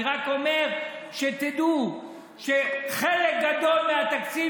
אני רק אומר שתדעו שחלק גדול מהתקציב